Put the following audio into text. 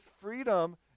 freedom